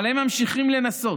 אבל הם ממשיכים לנסות,